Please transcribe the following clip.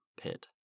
pit